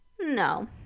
No